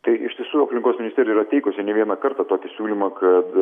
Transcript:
tai iš tiesų aplinkos ministerija yra teikusi ne vieną kartą tokį siūlymą kad